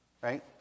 right